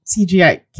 CGI